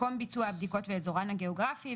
מקום ביצוע הבדיקות ואזורן הגיאוגרפי,